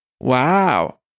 wow